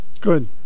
Good